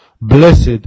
Blessed